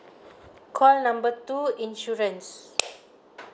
call number two insurance